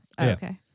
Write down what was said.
Okay